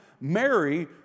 Mary